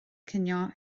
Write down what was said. cinio